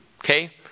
okay